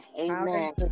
Amen